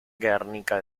guernica